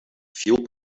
fueled